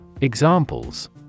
Examples